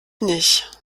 nicht